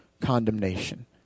condemnation